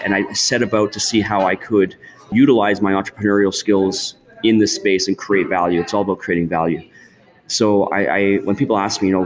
and i set about to see how i could utilize my entrepreneurial skills in the space and create value. it's all about creating value so when people ask me, you know